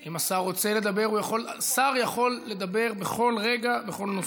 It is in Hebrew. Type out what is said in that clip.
אם השר רוצה לדבר, שר יכול לדבר בכל רגע בכל נושא.